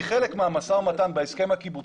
כי חלק מהמשא ומתן בהסכם הקיבוצי,